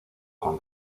con